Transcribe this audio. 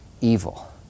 evil